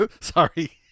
Sorry